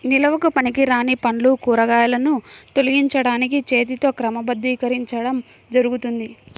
నిల్వకు పనికిరాని పండ్లు, కూరగాయలను తొలగించడానికి చేతితో క్రమబద్ధీకరించడం జరుగుతుంది